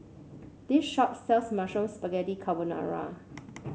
this shop sells Mushroom Spaghetti Carbonara